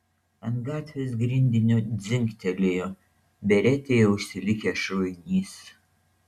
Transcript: ant gatvės grindinio dzingtelėjo beretėje užsilikęs šovinys